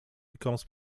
becomes